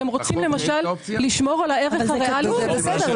למשל: כי הם רוצים לשמור על הערך --- זה בסדר.